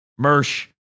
Mersh